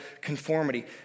conformity